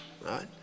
right